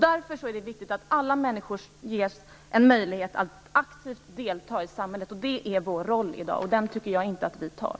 Därför är det viktigt att alla människor ges möjlighet att aktivt delta i samhället. Det är vår roll i dag, och den tycker jag inte att vi tar.